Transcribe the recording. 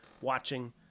watching